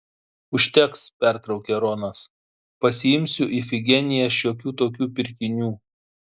užteks pertraukė ronas pasiimsiu ifigeniją šiokių tokių pirkinių